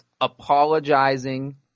apologizing